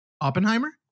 Oppenheimer